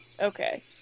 Okay